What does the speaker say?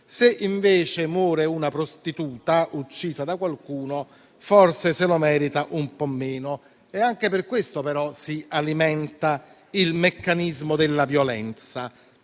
Se, invece, muore una prostituta uccisa da qualcuno, forse se lo merita un po' meno. Anche per questo, però, si alimenta il meccanismo della violenza.